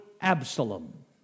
Absalom